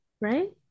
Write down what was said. right